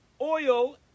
oil